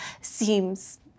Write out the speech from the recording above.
seems